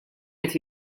qed